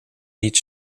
niet